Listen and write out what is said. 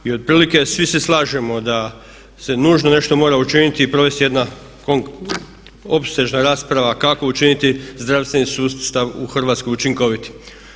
I otprilike svi se slažemo da se nužno nešto mora učiniti i provesti jedna opsežna rasprava kako učiniti zdravstveni sustav u Hrvatskoj učinkovitim.